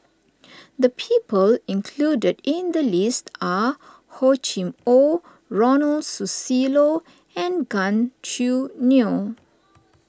the people included in the list are Hor Chim or Ronald Susilo and Gan Choo Neo